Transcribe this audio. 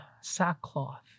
sackcloth